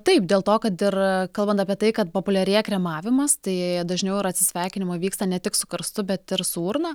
taip dėl to kad ir kalbant apie tai kad populiarėja kremavimas tai dažniau ir atsisveikinimai vyksta ne tik su karstu bet ir su urna